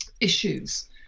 issues